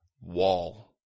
wall